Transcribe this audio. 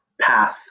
path